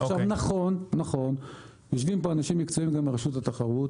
נכון, יושבים פה אנשים מקצועיים וגם מרשות התחרות.